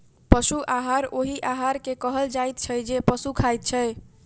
पशु आहार ओहि आहार के कहल जाइत छै जे पशु खाइत छै